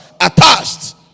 attached